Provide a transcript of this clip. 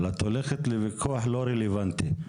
את הולכת לוויכוח לא רלוונטי.